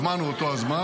הזמן הוא אותו הזמן,